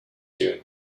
you